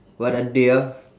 what are they ah